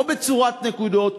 או בצורת נקודות,